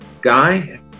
guy